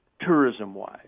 tourism-wise